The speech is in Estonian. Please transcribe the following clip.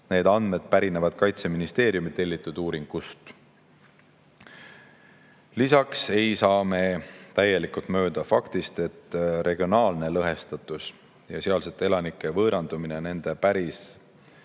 Need andmed pärinevad Kaitseministeeriumi tellitud uuringust. Lisaks ei saa me täielikult mööda faktist, et regionaalne lõhestatus ja elanike võõrandumine nende